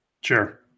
Sure